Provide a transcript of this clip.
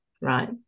Right